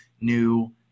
new